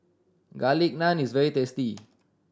Garlic Naan is very tasty